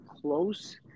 close